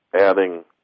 adding